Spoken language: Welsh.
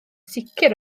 sicr